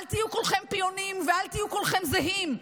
אל תהיו כולכם פיונים ואל תהיו כולכם זהים.